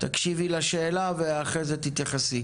תקשיבי לשאלה ואחרי זה תתייחסי.